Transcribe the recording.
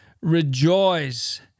rejoice